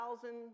thousand